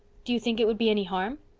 do you think it would be any harm?